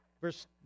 Verse